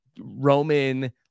Roman